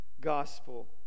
gospel